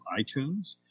iTunes